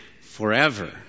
forever